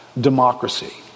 democracy